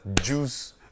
juice